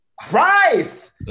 Christ